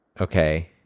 Okay